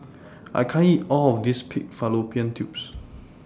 I can't eat All of This Pig Fallopian Tubes